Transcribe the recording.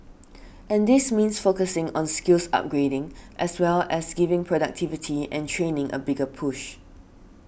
and this means focusing on skills upgrading as well as giving productivity and training a bigger push